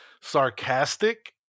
sarcastic